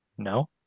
No